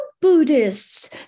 buddhists